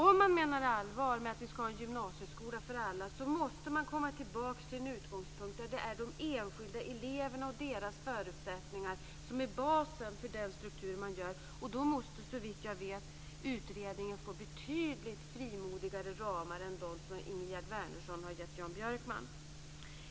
Om man menar allvar med att man ska ha en gymnasieskola för alla måste man komma tillbaka till en utgångspunkt där det är de enskilda eleverna och deras förutsättningar som är basen för den struktur som man har. Då måste - såvitt jag kan se - utredningen få betydligt friare ramar än dem som Ingegerd Wärnersson har gett Jan Björkman.